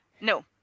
no